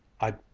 I